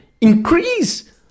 increase